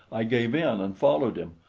i gave in and followed him,